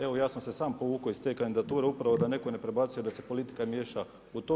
Evo, ja sam se sam povukao iz te kandidature, upravo da netko ne prebacuje da se politika miješa u to.